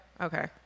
okay